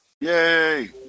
Yay